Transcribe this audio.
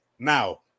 Now